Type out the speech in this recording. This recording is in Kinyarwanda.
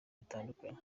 butandukanye